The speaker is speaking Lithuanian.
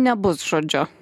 nebus žodžiu